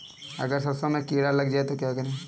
अगर सरसों में कीड़ा लग जाए तो क्या करें?